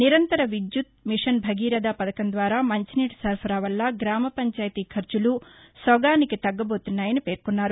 నిరంతర విద్యుత్తు మిషన్ భగీరథ పథకం ద్వారా మంచినీటి సరఫరా వల్ల గ్రామ పంచాయతీ ఖర్చులు సగానికి తగ్గబోతున్నాయని పేర్కొన్నారు